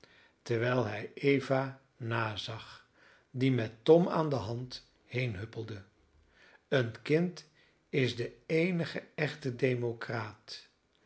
terwijl hij eva nazag die met tom aan de hand heenhuppelde een kind is de eenige echte democraat